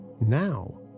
Now